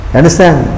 Understand